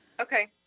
Okay